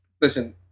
Listen